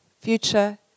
Future